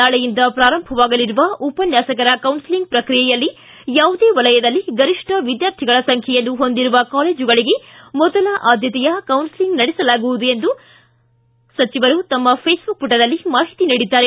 ನಾಳೆಯಿಂದ ಪ್ರಾರಂಭವಾಗಲಿರುವ ಉಪನ್ಯಾಸಕರ ಕೌನ್ಸೆಲಿಂಗ್ ಪ್ರಕ್ರಿಯೆಯಲ್ಲಿ ಯಾವುದೇ ವಲಯದಲ್ಲಿ ಗರಿಷ್ಠ ವಿದ್ಯಾರ್ಥಿಗಳ ಸಂಬ್ಯೆಯನ್ನು ಹೊಂದಿರುವ ಕಾಲೇಜುಗಳಿಗೆ ಮೊದಲ ಆದ್ಯತೆಯ ಕೌನ್ಲೆಲಿಂಗ್ ನಡೆಸಲಾಗುವುದು ಎಂದು ಸಚವರು ತಮ್ಮ ಘೆಸ್ಬುಕ್ ಪುಟದಲ್ಲಿ ಮಾಹಿತ ನೀಡಿದ್ದಾರೆ